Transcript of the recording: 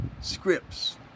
scripts